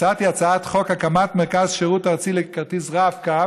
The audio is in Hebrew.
הצעתי הצעת חוק הקמת מרכז שירות ארצי לכרטיס רב-קו